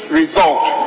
resolved